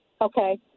Okay